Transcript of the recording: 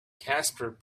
casper